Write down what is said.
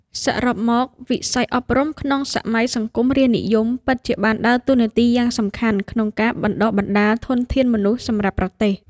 សរុបមក វិស័យអប់រំក្នុងសម័យសង្គមរាស្រ្តនិយមពិតជាបានដើរតួនាទីយ៉ាងសំខាន់ក្នុងការបណ្តុះបណ្តាលធនធានមនុស្សសម្រាប់ប្រទេស។